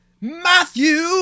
Matthew